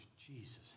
Jesus